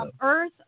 Earth